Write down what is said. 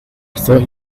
thought